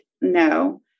no